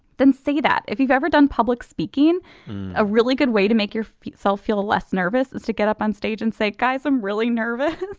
then say that if you've ever done public speaking a really good way to make your self feel less nervous is to get up on stage and say guys i'm really nervous.